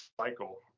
cycle